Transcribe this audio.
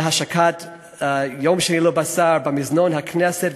שתהיה השקת "יום שני ללא בשר" במזנון הכנסת,